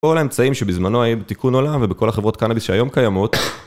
כל האמצעים שבזמנו היו בתיקון עולם ובכל החברות קנאביס שהיום קיימות